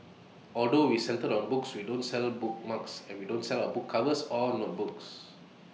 although we're centred on books we don't sell bookmarks we don't sell book covers or notebooks